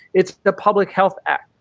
it's the public health act.